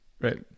Right